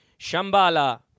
Shambhala